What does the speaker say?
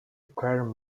require